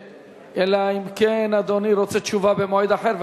אלא אם כן אדוני רוצה תשובה במועד אחר,